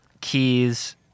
keys